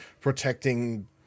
protecting